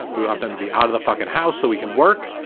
we want them to be out of the fucking house so we can work.